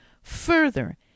further